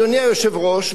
אדוני היושב-ראש,